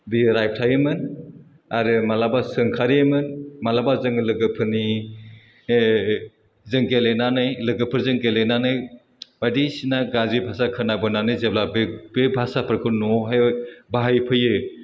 बियो रायखायोमोन आरो मालाबा सोंखारियोमोन मालाबा जोङो लोगोफोरनि जों गेलेनानै लोगोफोरजों गेलेनानै बायदिसिना गाज्रि भाषा खोनाबोनानै जेब्ला बे बे भाषाफोरखौ न'आवहाय बाहाय फैयो